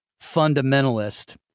fundamentalist